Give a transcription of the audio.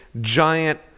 giant –